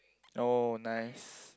oh nice